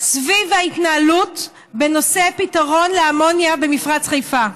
סביב ההתנהלות בנושא הפתרון לאמוניה במפרץ חיפה.